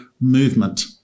movement